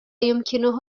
يمكنه